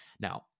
Now